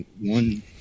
one